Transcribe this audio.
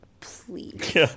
Please